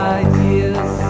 ideas